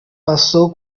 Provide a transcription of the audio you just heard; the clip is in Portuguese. passou